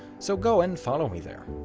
so go and follow me there.